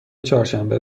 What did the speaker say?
چهارشنبه